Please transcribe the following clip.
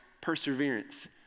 perseverance